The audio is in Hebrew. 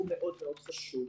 הוא מאוד-מאוד חשוב.